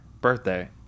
birthday